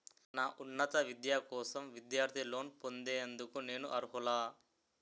నా ఉన్నత విద్య కోసం విద్యార్థి లోన్ పొందేందుకు నేను అర్హులా?